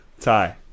Tie